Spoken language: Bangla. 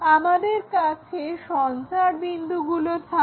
আমাদের কাছে সঞ্চার বিন্দুগুলো থাকবে